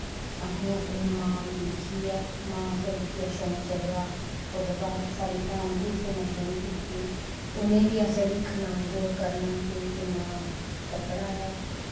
अ'सें अपनी मां गी दिक्खियै मां आसेआ दिक्खियै शौंक चढ़ेआ ओह्दै बाद साढ़ी भैन बी सीना शुरु कीती उ'नें बी अ'सें दिक्खना गौर करना कि किन्ना कपड़ा ऐ